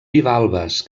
bivalves